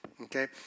Okay